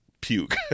puke